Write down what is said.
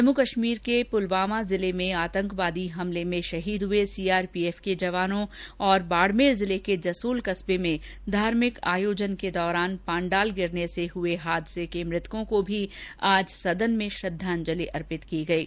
जम्मू कश्मीर के पुलवामा जिले में आतंकवादी हमले में शहीद हए सीआरपीएफ के जवानों और बाड़मेर जिले के जसोल कस्बे में धार्मिक आयोजन के दौरान पांडाल गिरने से हए हादसे के मृतकों को भी आज सदन में श्रद्दाजंलि अर्पित की गयी